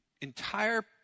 entire